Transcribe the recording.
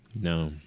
No